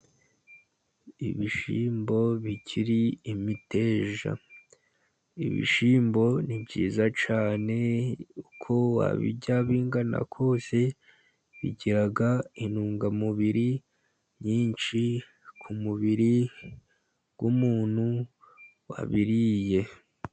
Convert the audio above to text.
Ibishyimbo bikiri imiteja. Ibishyimbo ni byiza cyane uko wabirya bingana kose. Bigira intungamubiri nyinshi ku mubiri w'umuntu wabiriye.